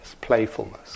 Playfulness